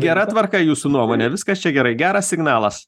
gera tvarka jūsų nuomone viskas čia gerai geras signalas